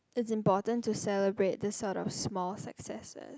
is important to celebrate this sort of small successes